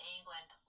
England